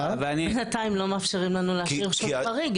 בינתיים לא מאפשרים לנו להשאיר שום חריג.